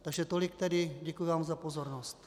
Takže tolik tedy, děkuji vám za pozornost.